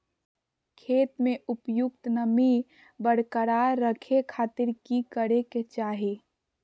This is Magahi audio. खेत में उपयुक्त नमी बरकरार रखे खातिर की करे के चाही?